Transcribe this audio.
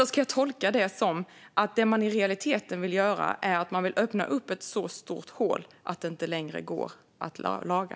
Ska jag tolka det som att det man i realiteten vill göra är att öppna ett så stort hål att det inte längre går att laga?